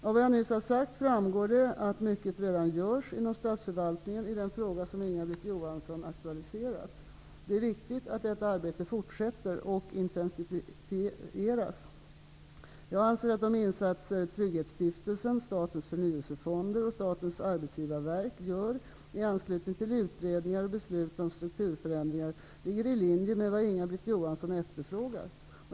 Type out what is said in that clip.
Av vad jag nyss har sagt framgår att mycket redan görs inom statsförvaltningen i den fråga som Inga Britt Johansson aktualiserat. Det är viktigt att detta arbete fortsätter och intensifieras. Jag anser att de insatser Trygghetsstiftelsen, Statens förnyelsefonder och Statens arbetsgivarverk gör i anslutning till utredningar och beslut om strukturförändringar ligger i linje med vad Inga Britt Johansson efterfrågar.